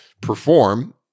perform